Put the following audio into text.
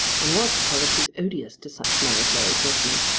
and was, to tell the truth, odious to such men as larry twentyman.